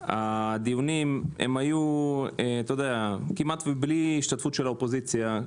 הדיונים היו כמעט בלי השתתפות של האופוזיציה,